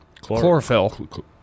Chlorophyll